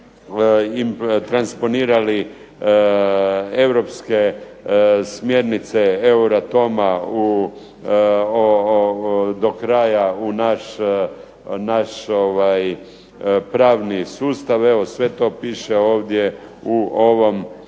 nismo transponirali europske smjernice EURATOM-a do kraja u naš pravni sustav. Evo sve to piše ovdje u ovom